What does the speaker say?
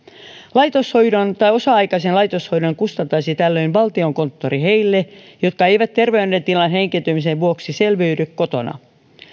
laitoshoidon tai osa aikaisen laitoshoidon kustantaisi tällöin valtiokonttori heille jotka eivät terveydentilan heikentymisen vuoksi selviydy kotona